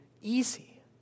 easy